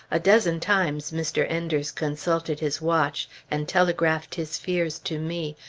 a dozen times mr. enders consulted his watch, and telegraphed his fears to me,